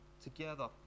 together